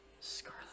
Scarlet